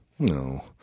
No